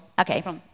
Okay